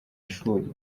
ishuri